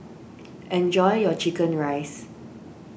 enjoy your Chicken Rice